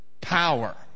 power